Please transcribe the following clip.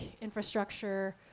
infrastructure